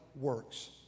works